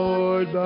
Lord